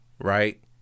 right